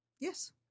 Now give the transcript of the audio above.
Yes